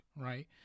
right